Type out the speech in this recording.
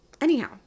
Anyhow